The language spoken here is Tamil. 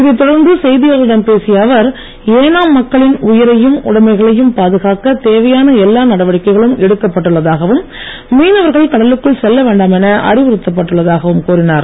இதைத் தொடர்ந்து செய்தியாளர்களிடம் பேசிய அவர் ஏனாம் மக்களின் உயிரையும் உடமைகளையும் பாதுகாக்க தேவையான எல்லா நடவடிக்கைகளும் எடுக்கப் பட்டுள்ளதாகவும் மீனவர்கள் கடலுக்குள் செல்லவேண்டாம் என அறிவுறுத்தப் பட்டுள்ளதாகவும் கூறினார்